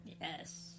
Yes